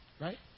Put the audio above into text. Right